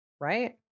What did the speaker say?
right